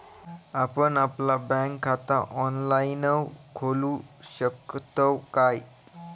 आपण आपला बँक खाता ऑनलाइनव खोलू शकतव काय?